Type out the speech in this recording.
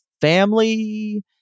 family